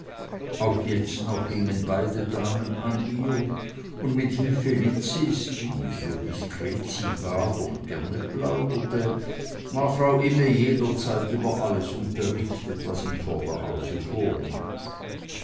auch jetzt noch hingen beide damen an ihr und mit hilfe lizzis die so diskret sie war doch gerne plauderte war frau imme jederzeit über alles unterrichtet was im vorderhause